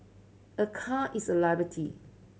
a car is a liability